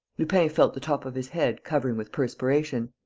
lupin felt the top of his head covering with perspiration.